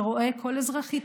שרואה כל אזרחית